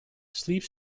sleep